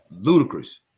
ludicrous